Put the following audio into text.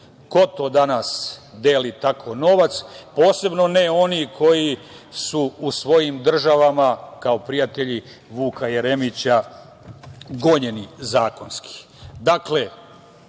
Ko to danas deli tako novac, posebno ne oni koji su u svojim državama, kao prijatelji Vuka Jeremića, gonjeni zakonski. Dakle,